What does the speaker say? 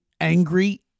angry